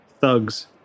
thugs